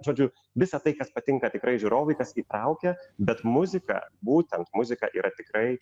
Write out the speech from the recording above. žodžiu visa tai kas patinka tikrai žiūrovui kas įtraukia bet muzika būtent muzika yra tikrai